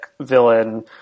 villain